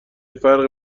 فرقی